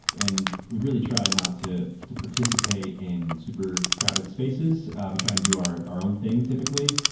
and we really try not to to participate in super crowded spaces. we try and do our our own thing typically.